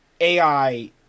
AI